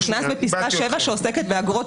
זה נכנס לפסקה 7 שעוסקת באגרות בלבד.